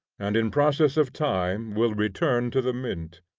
and in process of time will return to the mint.